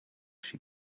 she